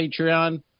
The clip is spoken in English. Patreon